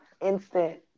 instant